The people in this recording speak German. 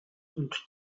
und